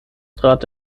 trat